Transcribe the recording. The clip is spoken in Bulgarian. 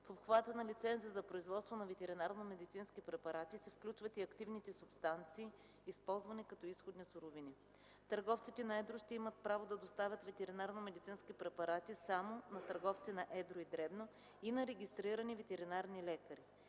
В обхвата на лиценза за производство на ветеринарномедицински препарати се включват и активните субстанции, използвани като изходни суровини. Търговците на едро ще имат право да доставят ветеринарномедицинските препарати само на търговци на едро и дребно, и на регистрирани ветеринарни лекари.